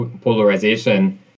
polarization